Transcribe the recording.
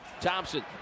Thompson